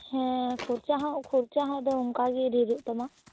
ᱦᱮᱸ ᱠᱷᱚᱨᱪᱟ ᱦᱚᱸ ᱠᱷᱚᱨᱪᱟ ᱦᱚᱸ ᱫᱚ ᱚᱱᱠᱟᱜᱮ ᱰᱷᱮᱨᱚᱜ ᱛᱟᱢᱟ